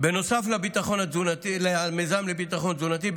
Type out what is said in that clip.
בנוסף למיזם לביטחון תזונתי,